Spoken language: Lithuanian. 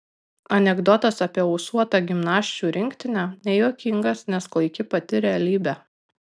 anekdotas apie ūsuotą gimnasčių rinktinę nejuokingas nes klaiki pati realybė